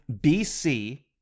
BC